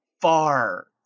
far